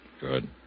Good